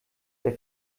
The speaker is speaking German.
der